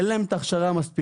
אין להם את ההכשרה המספיקה,